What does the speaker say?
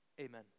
amen